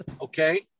okay